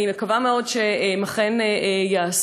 אני מקווה מאוד שהם אכן ייעשו,